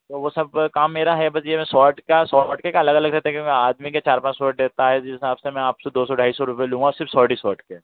ओ सब काम मेरा है बस ये है जो शॉट का शॉट के का अलग अलग रहता है क्योंकि आदमी के चार पांच शॉट देता है उसी हिसाब से मैं आप से दो सौ ढाई सौ रुपए लूंगा सिर्फ शॉट ही शॉट के